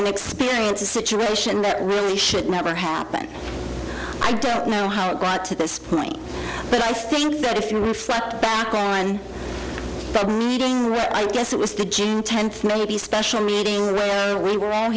an experience a situation that really should never happen i don't know how it brought to this point but i think that if we reflect back on i guess it was the june tenth maybe special meeting we were out